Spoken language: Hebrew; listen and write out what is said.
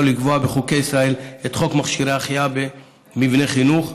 ולקבוע בחוקי ישראל את חוק מכשירי החייאה במבני חינוך,